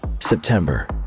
September